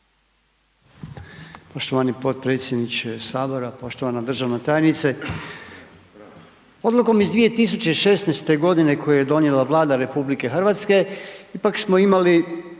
Poštovani potpredsjedniče Sabora, poštovana državna tajnice. Odlukom iz 2016. g. koje je donijela Vlada Republike Hrvatske ipak smo imali